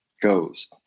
goes